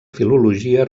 filologia